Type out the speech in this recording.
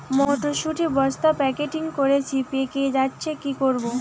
মটর শুটি বস্তা প্যাকেটিং করেছি পেকে যাচ্ছে কি করব?